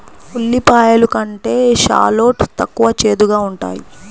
ఉల్లిపాయలు కంటే షాలోట్ తక్కువ చేదుగా ఉంటాయి